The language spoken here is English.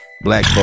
Black